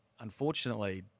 unfortunately